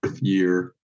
year